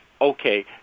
Okay